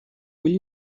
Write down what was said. will